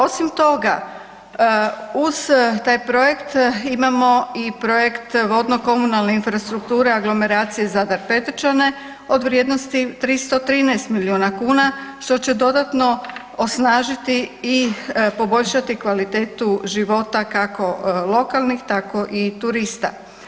Osim toga, uz taj projekt imamo i projekt vodno-komunalne infrastrukture aglomeracije Zadar-Petrčane od vrijednost 313 milijuna kuna, što će dodatno osnažiti i poboljšati kvalitetu života, kako lokalnih tako i turista.